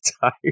tired